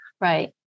Right